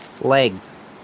Legs